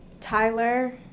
Tyler